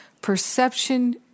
Perception